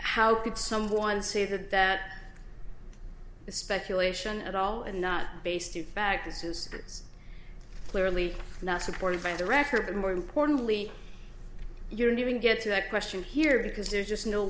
how could someone say that that is speculation at all and not based to fact is his it's clearly not supported by the record and more importantly you don't even get to that question here because there's just no